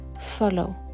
follow